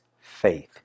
faith